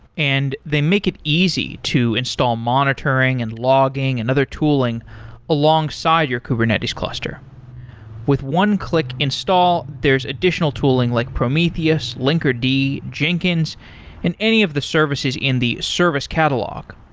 and they make it easy to install monitoring and logging and other tooling alongside your kubernetes cluster with one-click install, there's additional tooling like prometheus, linkerd, jenkins and any of the services in the service catalog.